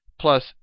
plus